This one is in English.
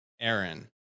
Aaron